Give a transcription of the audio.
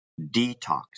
detox